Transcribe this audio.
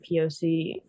poc